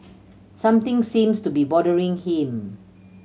something seems to be bothering him